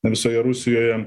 visoje rusijoje